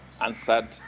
answered